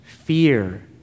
fear